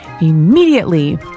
immediately